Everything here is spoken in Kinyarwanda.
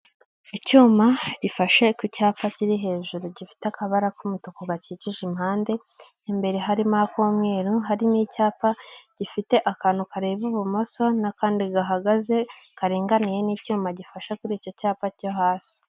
Icyuma gifashe ku cyapa kiri hejuru gifite akabara k'umutuku gakikije impande, imbere harimo ak'umweru, harimo icyapa gifite akantu kareba ibumoso n'akandi gahagaze karinganiye n'icyuma gifashe kuri icyo cyapa cyo hasi.